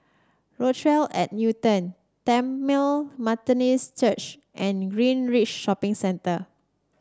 Rochelle at Newton Tamil Methodist Church and Greenridge Shopping Centre